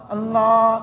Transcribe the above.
Allah